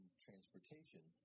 transportation